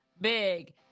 big